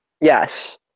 Yes